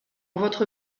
votre